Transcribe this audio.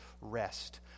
rest